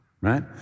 right